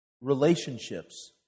relationships